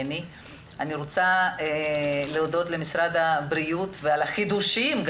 אבל יש לנו משימה ואנחנו רוצים מאוד ונחושים מאוד לסיים אותה.